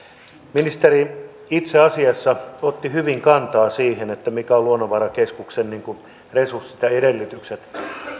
ministeri itse asiassa otti hyvin kantaa siihen mitkä ovat luonnonvarakeskuksen resurssit ja edellytykset